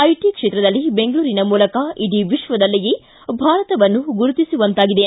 IT ಕ್ಷೇತ್ರದಲ್ಲಿ ಬೆಂಗಳೂರಿನ ಮೂಲಕ ಇಡೀ ವಿಶ್ವದಲ್ಲಿಯೇ ಭಾರತವನ್ನು ಗುರುತಿಸುವಂತಾಗಿದೆ